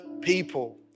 people